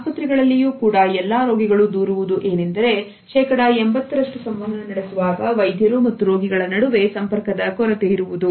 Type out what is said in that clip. ಆಸ್ಪತ್ರೆಗಳಲ್ಲಿಯೂ ಕೂಡ ಎಲ್ಲಾ ರೋಗಿಗಳು ದೂರುವುದು ಏನೆಂದರೆ ಶೇಕಡ 80ರಷ್ಟು ಸಂವಹನ ನಡೆಸುವಾಗ ವೈದ್ಯರು ಮತ್ತು ರೋಗಿ ಗಳ ನಡುವೆ ಸಂಪರ್ಕದ ಕೊರತೆ ಇರುವುದು